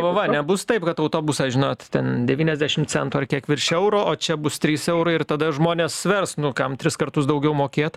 o va nebus taip kad autobusas žinot ten devyniasdešimt centų ar kiek virš euro o čia bus trys eurai ir tada žmonės svers nu kam tris kartus daugiau mokėt